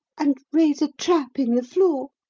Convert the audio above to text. and raise a trap in the floor.